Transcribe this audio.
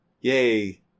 Yay